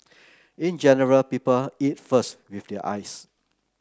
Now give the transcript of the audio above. in general people eat first with their eyes